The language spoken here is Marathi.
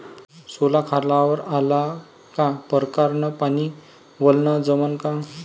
सोला खारावर आला का परकारं न पानी वलनं जमन का?